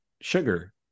sugar